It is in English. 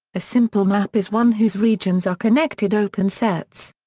a simple map is one whose regions are connected open sets.